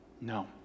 No